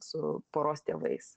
su poros tėvais